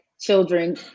children